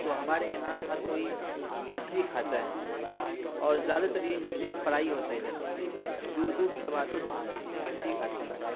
تو ہمارے یہاں ہر کوئی مچھلی کھاتا ہے اور زیادہ تر یہی مچھلی کا فرائی ہوتا ہے ادھر دور دور سے سب آتے ہیں مچھلی کھاتے ہیں